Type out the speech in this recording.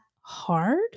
hard